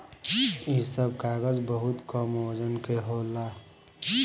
इ सब कागज बहुत कम वजन के होला